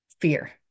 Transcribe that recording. fear